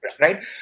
right